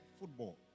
football